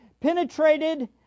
penetrated